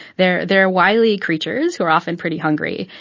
they're they're wily creatures who are often pretty hungry.